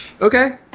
okay